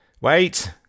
Wait